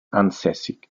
ansässig